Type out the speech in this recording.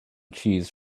cheese